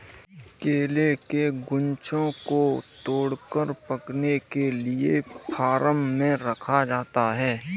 केले के गुच्छों को तोड़कर पकाने के लिए फार्म में रखा जाता है